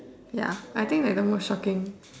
ya I think that's the most shocking